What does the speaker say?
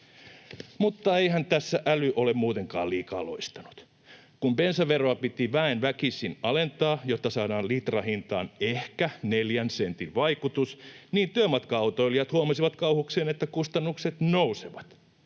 Mutta eihän tässä äly ole muutenkaan liikaa loistanut. Kun bensaveroa piti väen väkisin alentaa, jotta saadaan litrahintaan ehkä neljän sentin vaikutus, niin työmatka-autoilijat huomasivat kauhukseen, että kustannukset nousevat.